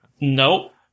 Nope